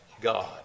God